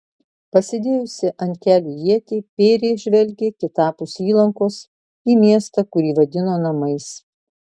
pasidėjusi ant kelių ietį pėrė žvelgė kitapus įlankos į miestą kurį vadino namais